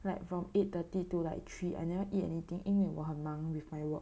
like from eight thirty to like three I never eat anything 因为我很忙 with my work